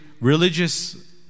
religious